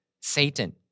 Satan